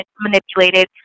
manipulated